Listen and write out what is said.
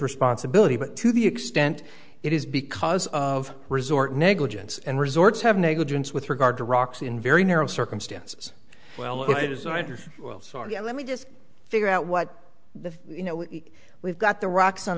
responsibility but to the extent it is because of resort negligence and resorts have negligence with regard to rocks in very narrow circumstances well it is right or well sorry i let me just figure out what the you know we've got the rocks on